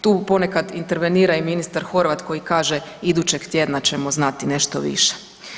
Tu ponekad intervenira i ministar Horvat koji kaže idućeg tjedna ćemo znati nešto više.